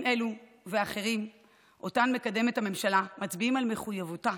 אלו ואחרים שאותם מקדמת הממשלה מצביעים על מחויבותה